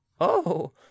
Oh